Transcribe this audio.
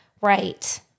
Right